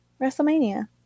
WrestleMania